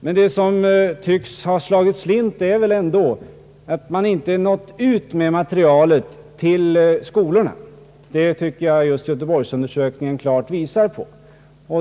Men det som tycks ha slagit slint är väl ändå att man inte nått ut med materialet till skolorna. Det tycker jag att just Göteborgsundersökningen klart visar.